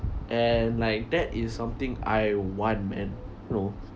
and like that is something I want and know